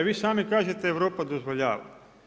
Vi sami kažete Europa dozvoljava.